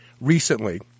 recently